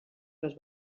los